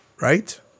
right